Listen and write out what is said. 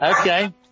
Okay